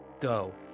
go